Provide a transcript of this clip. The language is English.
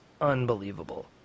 unbelievable